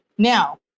Now